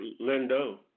Lindo